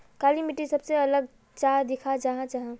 काली मिट्टी सबसे अलग चाँ दिखा जाहा जाहा?